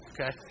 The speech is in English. Okay